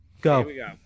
go